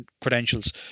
credentials